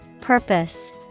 Purpose